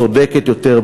צודקת יותר,